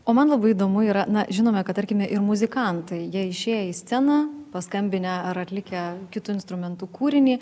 o man labai įdomu yra na žinome kad tarkime ir muzikantai jie išėję į sceną paskambinę ar atlikę kitu instrumentu kūrinį